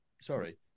sorry